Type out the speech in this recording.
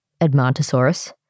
Edmontosaurus